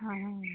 ହଁ ହଁ